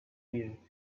you